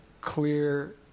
clear